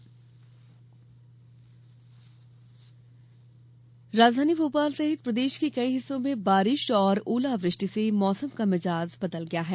मौसम राजधानी भोपाल सहित प्रदेश के कई हिस्सों में बारिश और ओलावृष्टि से मौसम का मिजाज बदल गया है